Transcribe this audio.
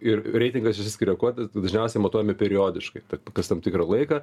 ir reitingas išsiskiria kuo tai dažniausiai matuojami periodiškai kas tam tikrą laiką